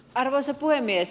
arvoisa puhemies